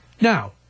Now